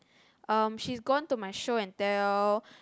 um she's gone to my Show and Tell